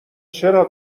چرا